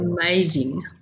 amazing